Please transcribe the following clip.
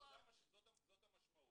זאת המשמעות.